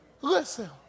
Listen